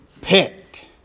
picked